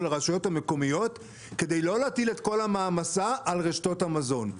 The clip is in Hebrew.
הרשויות המקומיות כדי לא להטיל את כל המעמסה על רשתות המזון.